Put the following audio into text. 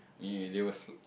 yeah they will